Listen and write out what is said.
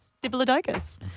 Diplodocus